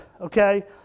okay